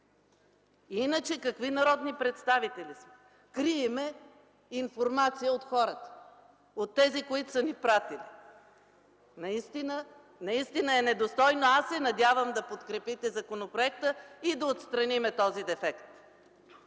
Иначе какви народни представители сме? Крием информация от хората – от тези, които са ни пратили! Наистина е недостойно. Аз се надявам да подкрепите законопроекта и да отстраним този дефект.